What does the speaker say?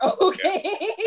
okay